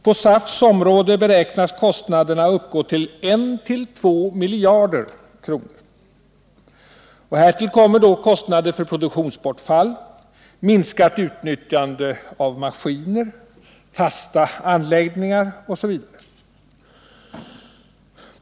På SAF:s område beräknas kostnaderna uppgå till 1-2 miljarder kronor. Härtill kommer kostnader för produktionsbortfall, minskat utnyttjande av maskiner, fasta anläggningar osv.